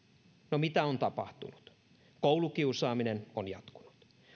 no mitä on tapahtunut koulukiusaaminen on jatkunut